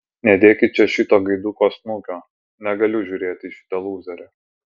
nedėkit čia šito gaiduko snukio negaliu žiūrėti į šitą lūzerį